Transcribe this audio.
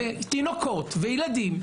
תינוקות וילדים,